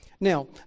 Now